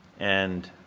and